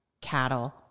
cattle